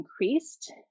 increased